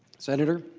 senator